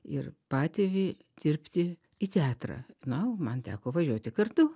ir patėvį dirbti į teatrą na o man teko važiuoti kartu